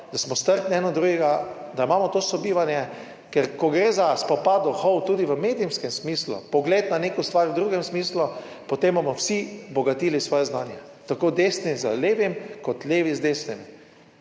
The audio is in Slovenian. da smo strpni eden do drugega, da imamo to sobivanje, ker, ko gre za spopad duhov, tudi v medijskem smislu, pogled na neko stvar v drugem smislu, potem bomo vsi bogatili svoje znanje, tako desni z levim kot levi z desnim.